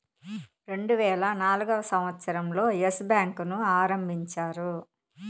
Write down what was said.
రెండువేల నాల్గవ సంవచ్చరం లో ఎస్ బ్యాంకు ను ఆరంభించారు